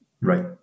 Right